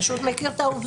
פשוט מכיר את העובדות.